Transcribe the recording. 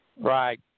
Right